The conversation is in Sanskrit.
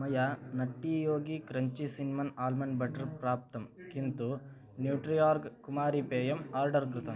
मया Nutty Yogi crunchy cinnamon almond butter प्राप्तं किन्तु न्यूट्रियार्ग् कुमारीपेयम् आर्डर् कृतम्